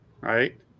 Right